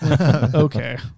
Okay